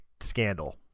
scandal